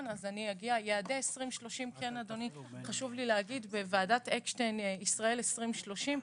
לגבי יעדי 2030. חשוב לי להגיד שבוועדת אקשטיין ישראל 2030,